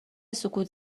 سکوت